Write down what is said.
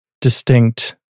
distinct